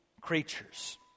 creatures